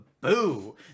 Boo